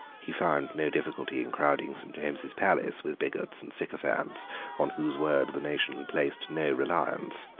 he found no difficulty in crowding st. james's palace with bigots and sycophants on whose word the nation placed no reliance.